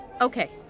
Okay